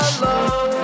love